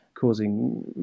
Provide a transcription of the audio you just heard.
causing